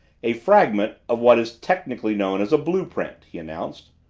a fragment of what is technically known as a blue-print, he announced.